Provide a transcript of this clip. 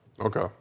Okay